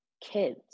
kids